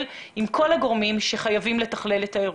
עם כל הגורמים שחייבים לתכלל את האירוע.